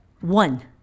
one